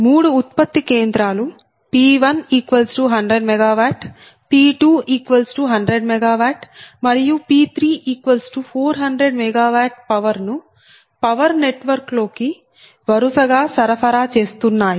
మూడు ఉత్పత్తి కేంద్రాలు P1100 MW P2100 MW మరియు P3400 MW పవర్ ను పవర్ నెట్వర్క్ లోకి వరుసగా సరఫరా చేస్తున్నాయి